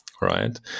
right